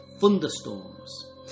thunderstorms